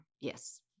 Yes